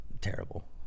terrible